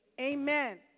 amen